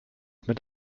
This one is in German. mit